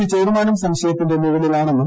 C ചെയർമാനും സംശയത്തിന്റെ നിഴലിലാണ്ടെന്നും